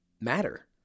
matter